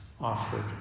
offered